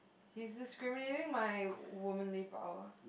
he's discriminating my womanly power